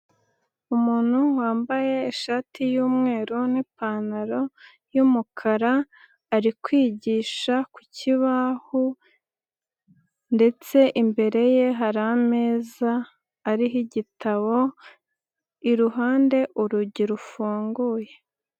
Umuntu wambaye ishati y'umweru n'ipantaro y'umukara ari kwigisha ku kibaho ndetse imbere ye hari ameza ariho igitabo, iruhande urugi rufunguye.